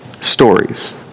stories